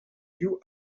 kiu